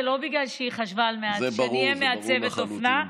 לא בגלל שהיא חשבה שאני אהיה מעצבת אופנה,